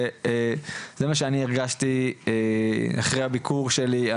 זה מה שאני הרגשתי לאחר הביקור שלי,